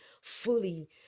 fully